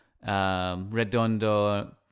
Redondo